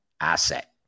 asset